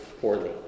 poorly